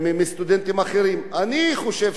אני חושב שמגיע לכל הסטודנטים,